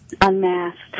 Unmasked